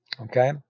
Okay